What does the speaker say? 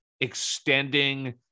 extending